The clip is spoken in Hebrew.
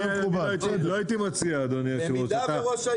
לא הייתי מציע אדוני היושב ראש,